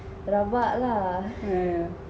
yeah yeah